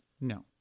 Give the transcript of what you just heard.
No